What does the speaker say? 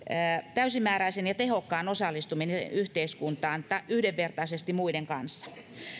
täysimääräisen ja tehokkaan osallistumisen yhteiskuntaan yhdenvertaisesti muiden kanssa